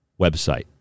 website